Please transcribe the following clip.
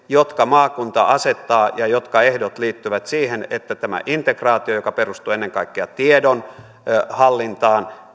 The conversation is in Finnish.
jotka maakunta asettaa ja jotka ehdot liittyvät siihen että tämä integraatio joka perustuu ennen kaikkea tiedonhallintaan